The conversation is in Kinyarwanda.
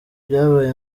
byabaye